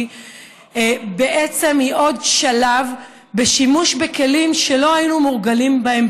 היא בעצם עוד שלב בשימוש בכלים שלא היינו מורגלים בהם